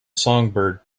songbird